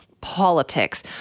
politics